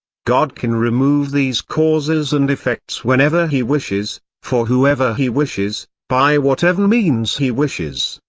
god can remove these causes and effects whenever he wishes, for whoever he wishes, by whatever means he wishes.